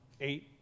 eight